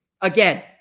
Again